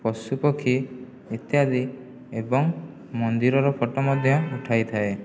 ପଶୁପକ୍ଷୀ ଇତ୍ୟାଦି ଏବଂ ମନ୍ଦିରର ଫଟୋ ମଧ୍ୟ ଉଠାଇଥାଏ